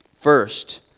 First